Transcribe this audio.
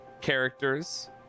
characters